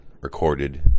recorded